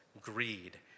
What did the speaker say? greed